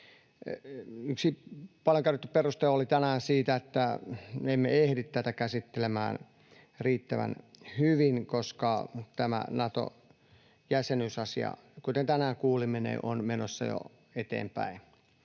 Yksi paljon käytetty peruste oli tänään siitä, että me emme ehdi tätä käsittelemään riittävän hyvin, koska tämä Nato-jäsenyysasia, kuten tänään kuulimme, on menossa jo eteenpäin.